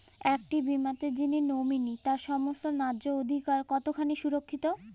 একটি বীমাতে যিনি নমিনি তার সমস্ত ন্যায্য অধিকার কতখানি সুরক্ষিত?